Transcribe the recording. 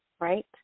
right